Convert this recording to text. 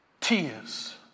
tears